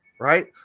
Right